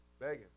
Begging